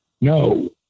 No